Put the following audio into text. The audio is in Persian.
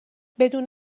بدون